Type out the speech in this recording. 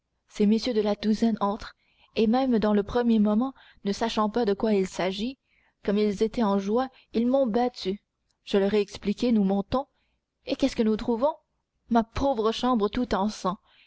ces messieurs de la douzaine entrent et même dans le premier moment ne sachant pas de quoi il s'agissait comme ils étaient en joie ils m'ont battue je leur ai expliqué nous montons et qu'est-ce que nous trouvons ma pauvre chambre tout